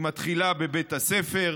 היא מתחילה בבית הספר,